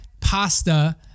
pasta